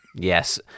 yes